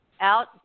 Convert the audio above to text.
out